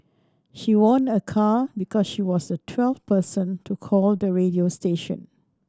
she won a car because she was the twelfth person to call the radio station